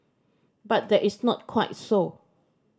but that is not quite so